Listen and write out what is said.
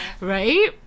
Right